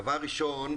דבר ראשון,